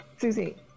Susie